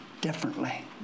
differently